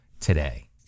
today